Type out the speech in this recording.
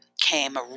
came